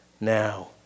now